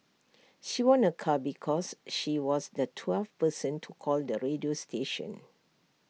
she won A car because she was the twelfth person to call the radio station